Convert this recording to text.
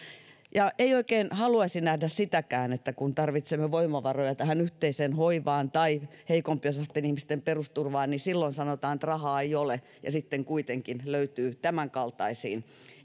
ja ei oikein haluaisi nähdä sitäkään että kun tarvitsemme voimavaroja tähän yhteiseen hoivaan tai heikompiosaisten ihmisten perusturvaan niin silloin sanotaan että rahaa ei ole ja sitten kuitenkin löytyy tämänkaltaisiin